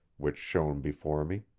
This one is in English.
which shone before me.